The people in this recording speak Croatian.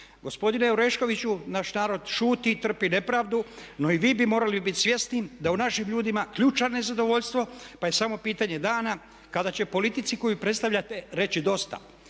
Gospodine Oreškoviću, naš narod šuti i trpi nepravdu, no i vi bi morali biti svjesni da u našim ljudima ključa nezadovoljstvo pa je samo pitanje dana kada će politici koju predstavljate reći dosta.